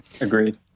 Agreed